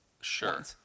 sure